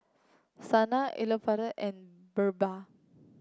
Saina Elattuvalapil and BirbaL